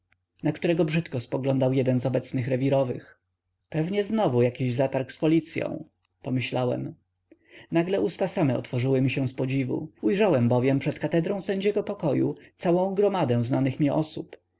na którego brzydko spoglądał jeden z obecnych rewirowych pewnie znowu jakiś zatarg z policyą pomyślałem nagle usta same otworzyły mi się z podziwu ujrzałem bowiem przed katedrą sędziego pokoju całą gromadę znanych mi osób